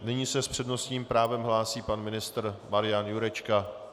Nyní se s přednostním právem hlásí pan ministr Marian Jurečka.